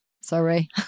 sorry